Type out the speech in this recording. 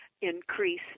increase